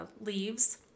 leaves